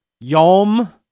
Yom